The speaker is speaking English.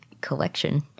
collection